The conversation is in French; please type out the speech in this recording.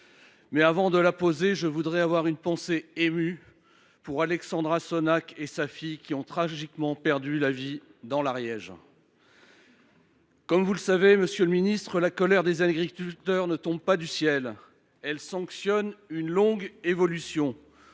pays. Avant de la poser, je voudrais toutefois avoir une pensée émue pour Alexandra Sonac et sa fille, qui ont tragiquement perdu la vie dans l’Ariège. Comme vous le savez, monsieur le ministre, la colère des agriculteurs ne tombe pas du ciel. Elle sanctionne une longue évolution.